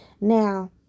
Now